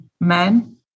men